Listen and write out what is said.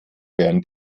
wären